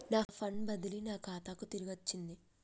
నా ఫండ్ బదిలీ నా ఖాతాకు తిరిగచ్చింది